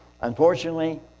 Unfortunately